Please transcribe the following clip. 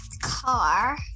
car